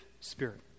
spirit